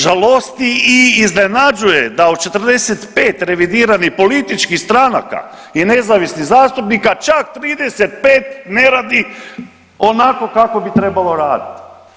Žalosti i iznenađuje da od 45 revidiranih političkih stranaka i nezavisnih zastupnika čak 35 ne radi onako bi trebalo raditi.